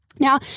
Now